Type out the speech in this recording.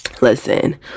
Listen